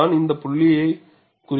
நான் இந்த புள்ளியைக் குறிப்பேன்